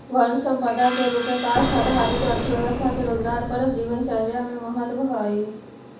वन सम्पदा के रूप में काष्ठ आधारित अर्थव्यवस्था के रोजगारपरक जीवनचर्या में महत्त्व हइ